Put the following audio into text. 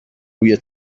روی